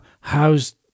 How's